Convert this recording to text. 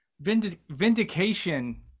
Vindication